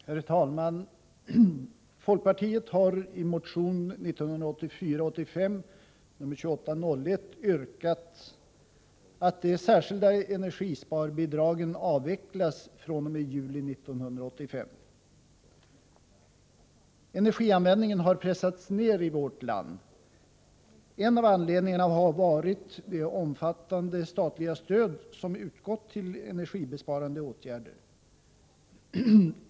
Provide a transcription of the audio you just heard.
Herr talman! Folkpartiet har i motion 2801 yrkat att de särskilda energisparbidragen avvecklas fr.o.m. den 1 juli 1985. Energianvändningen har pressats ned i vårt land. En av anledningarna har varit det omfattande statliga stöd som har utgått till energibesparande åtgärder.